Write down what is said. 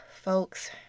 folks